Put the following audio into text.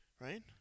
Right